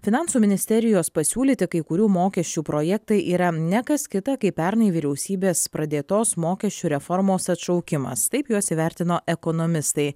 finansų ministerijos pasiūlyti kai kurių mokesčių projektai yra ne kas kita kaip pernai vyriausybės pradėtos mokesčių reformos atšaukimas taip juos įvertino ekonomistai